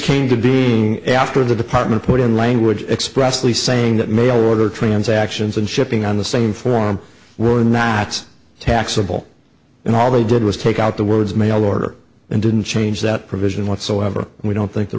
came to be after the department put in language expressly saying that mail order transactions and shipping on the same form were not taxable and all they did was take out the words mail order and didn't change that provision whatsoever and we don't think the